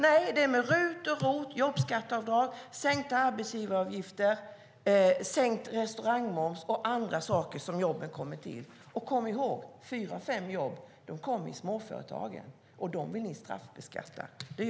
Nej, det är med RUT, ROT, jobbskatteavdrag, sänkta arbetsgivaravgifter, sänkt restaurangmoms och andra saker jobben kommer till. Och kom ihåg: Fyra av fem jobb kommer till i småföretagen, och dem vill ni straffbeskatta. Det gör inte vi.